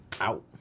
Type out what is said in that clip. out